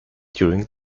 during